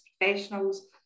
professionals